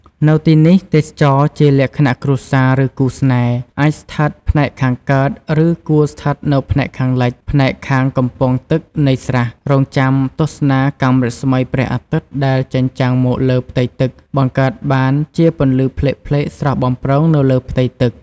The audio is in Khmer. នៅទីនេះ ទេសចរជាលក្ខណៈគ្រួសារ ឬគូស្នេហ៍ អាចស្ថិតផ្នែកខាងកើត ឬ គួរស្ថិតនៅផ្នែកខាងលិច ផ្នែកខាងកំពង់ទឹកនៃស្រះ រង់ចាំទស្សនាកាំរស្មីព្រះអាទិត្យដែលចែងចាំងមកលើផ្ទៃទឹកបង្កើតបានជាពន្លឺផ្លេកៗស្រស់បំព្រងនៅលើផ្ទៃទឹក។